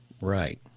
Right